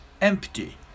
empty